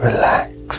Relax